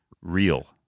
Real